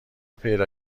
پیدا